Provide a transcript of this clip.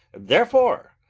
therefore,